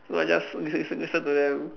so I just listen listen listen to them